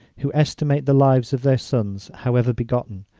who estimate the lives of their sons, however begotten,